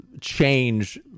change